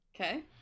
Okay